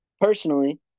Personally